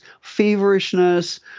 feverishness